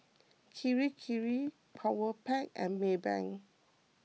Kirei Kirei Powerpac and Maybank